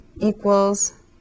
equals